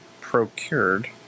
procured